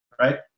right